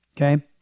Okay